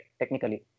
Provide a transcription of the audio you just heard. technically